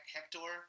Hector